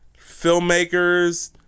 filmmakers